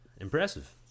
Impressive